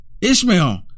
Ishmael